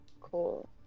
Cool